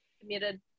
committed